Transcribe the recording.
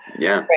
yeah. right.